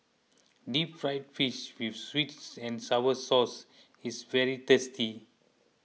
Deep Fried Fish with Sweet and Sour Sauce is very tasty